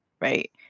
Right